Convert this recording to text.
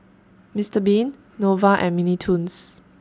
Mister Bean Nova and Mini Toons